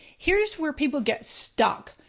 here's where people get stuck.